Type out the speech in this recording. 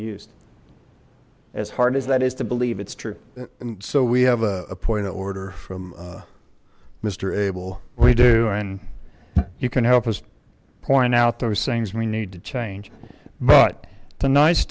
used as hard as that is to believe it's true and so we have a point of order from mister abel we do and you can help us point out those things we need to change but the nice